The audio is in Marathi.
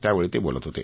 त्यावेळी ते बोलत होते